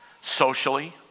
socially